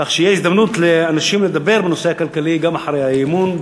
כך שתהיה הזדמנות לאנשים לדבר בנושא הכלכלי גם אחרי האי-אמון,